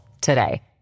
today